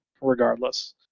regardless